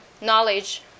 knowledge